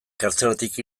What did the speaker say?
kartzelatik